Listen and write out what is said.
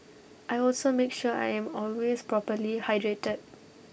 I also make sure I am always properly hydrated